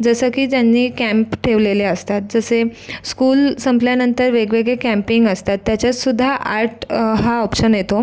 जसं की ज्यांनी कॅम्प ठेवलेले असतात जसे स्कूल संपल्यानंतर वेगवेगळे कँपिंग असतात त्याच्यातसुद्धा आर्ट हा ऑप्शन येतो